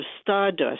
Stardust